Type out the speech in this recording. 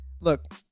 look